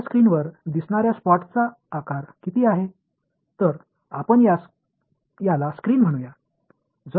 எனவே நீங்கள் திரையில் பார்க்கும் இடத்தின் அளவு என்ன எனவே இதை ஒரு திரை என்று அழைப்போம்